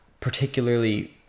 particularly